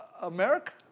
America